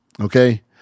okay